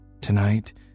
tonight